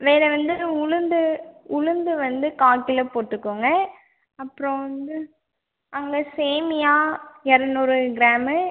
வேறு வந்து உளுந்து உளுந்து வந்து கால் கிலோ போட்டுக்கோங்கள் அப்புறம் வந்து அந்த சேமியா இரநூறு கிராமு